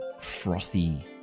frothy